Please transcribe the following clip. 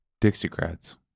Dixiecrats